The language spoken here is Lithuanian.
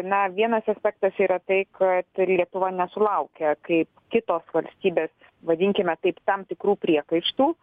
na vienas aspektas yra tai kad lietuva nesulaukė kaip kitos valstybės vadinkime taip tam tikrų priekaištų